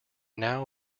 now